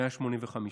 185,